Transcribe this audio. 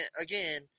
again